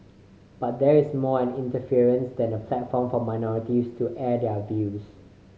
but that is more an inference than a platform for minorities to air their views